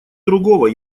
другого